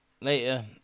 Later